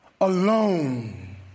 alone